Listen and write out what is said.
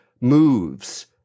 moves